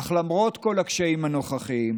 אך למרות כל הקשיים הנוכחיים